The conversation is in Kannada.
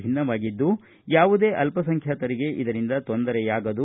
ಭಿನ್ನವಾಗಿದ್ದು ಯಾವುದೇ ಅಲ್ಪಸಂಖ್ಯಾತರಿಗೆ ಇದರಿಂದ ತೊಂದರೆಯಾಗದು